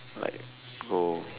like go